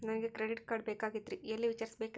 ನನಗೆ credit card ಬೇಕಾಗಿತ್ರಿ ಎಲ್ಲಿ ವಿಚಾರಿಸಬೇಕ್ರಿ?